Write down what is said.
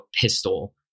pistol